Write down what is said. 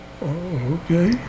Okay